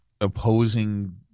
opposing